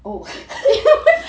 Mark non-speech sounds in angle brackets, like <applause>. oh <laughs>